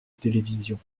télévision